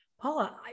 Paula